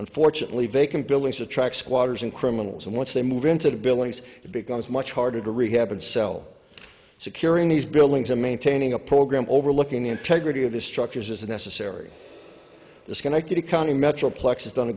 unfortunately vacant buildings attract squatters and criminals and once they move into the billings it becomes much harder to rehab and sell securing these buildings and maintaining a program overlooking the integrity of the structures is the necessary the schenectady county metroplex has done